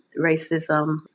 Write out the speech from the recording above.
racism